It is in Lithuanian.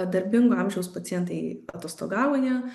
darbingo amžiaus pacientai atostogauja